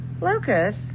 Lucas